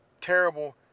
terrible